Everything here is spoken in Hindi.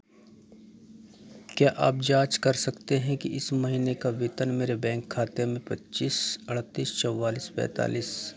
क्या आप जाँच कर सकते हैं कि इस महीने का वेतन मेरे बैंक खाते पच्चीस अड़तीस चौवालीस पैंतालीस